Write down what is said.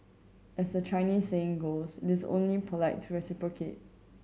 as the Chinese saying goes it's only polite to reciprocate